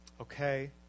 Okay